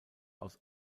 aus